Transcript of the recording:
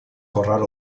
corral